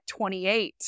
28